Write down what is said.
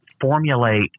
formulate